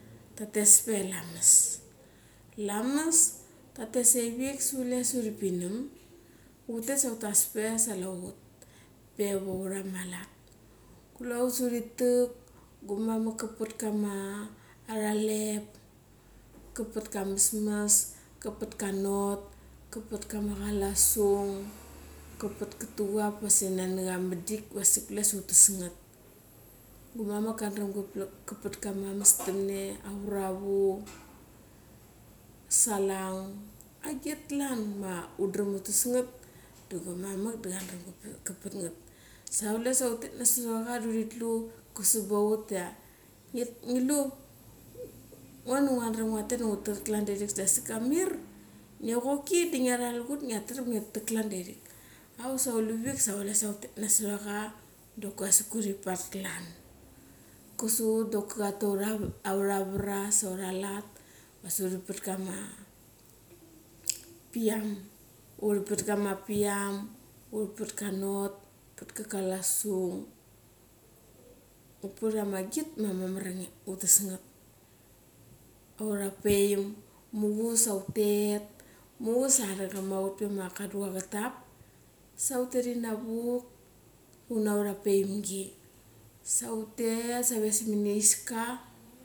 Tha thes pe ia lamas. Lamas tha tet sa irik, sa kule sa uri pinam, utet sa utas pe va urama lat. Kule ut sa uri tak, guma mak ka pat kama ara lep, kapat kama mas mas, kapat ka not, kapat kama chalasung, kapat ka thucap vasa nani kama madik vasik kule diwa utes ngat. Gumamak kadaram ka pat kama mestam auravu, salang, agit klan ma udram utes ngat, da gumamak da ka daram ka pat ngat. Sa chule sa utet na soracha da uri tlu ka subaut ia i ngilie ngo da nguadram ngua tet da nguadram ngu tak klan dia irik da asik ia mir nge choki dia ngi tak klan dia irik. Auk sa u luvik sa utet na sotacha dok asik uri pat klan. Ka su ut doki ka tu a ura vra saura lat, da uri pat kama piam. Uri pat kama anot, uri pat ka kalasung, uri pat ama git diwa mamar diwa utes ngat. Ura paeim, muchuras sa utet. Muchuras sa karacham ma ut pe ia kaducha ka tap una ura paemgi, sa utet sa save mini aiska.